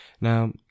now